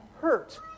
hurt